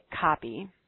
copy